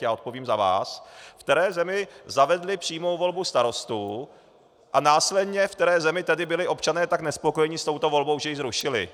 Já odpovím za vás, ve které zemi zavedli přímou volbu starostů a následně ve které zemi tedy byli občané tak nespokojeni s touto volbou, že ji zrušili.